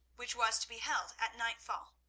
which was to be held at nightfall.